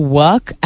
work